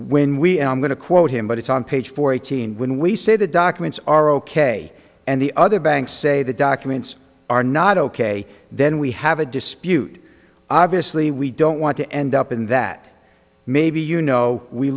when we and i'm going to quote him but it's on page fourteen when we say the documents are ok and the other banks say the documents are not ok then we have a dispute obviously we don't want to end up in that maybe you know we